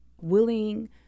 willing